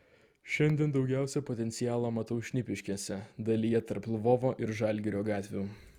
šiandien daugiausiai potencialo matau šnipiškėse dalyje tarp lvovo ir žalgirio gatvių